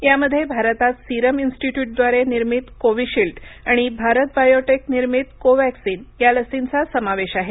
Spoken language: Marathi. यामध्ये भारतात सीरम इन्स्टिट्यूटद्वारे निर्मित कोविशिल्ड आणि भारत बायेटक निर्मित कोवॅक्सिन या लसींचा समावेश आहे